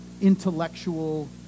intellectual